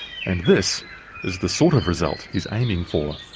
and this is the sort of result he's aiming for